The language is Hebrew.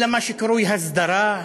אלא מה שקרוי הסדרה,